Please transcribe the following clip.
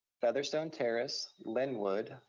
featherstone terrace, lynwood,